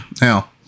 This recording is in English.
Now